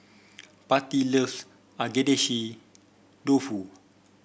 Patti loves Agedashi Dofu